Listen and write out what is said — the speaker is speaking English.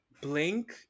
Blink